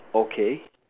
okay